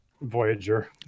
Voyager